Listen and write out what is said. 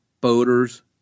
boaters